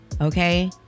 Okay